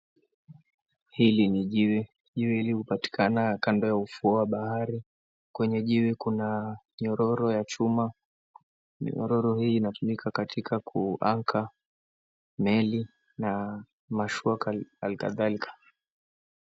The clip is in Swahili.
Hili ni jiwe. Jiwe hili hupatikana kando ya ufuo wa bahari. Kwenye jiwe kuna nyororo ya chuma. Nyororo hii inatumika katika kuanchor meli na mashua halikadhalika.